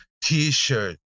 t-shirt